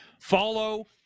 follow